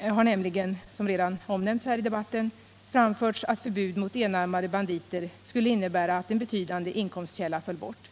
har nämligen, som redan omnämnts här i debatten, framförts att förbud mot enarmade banditer skulle innebära att en betydande inkomstkälla föll bort.